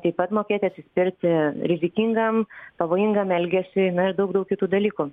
taip pat mokėti atsispirti rizikingam pavojingam elgesiui na ir daug daug kitų dalykų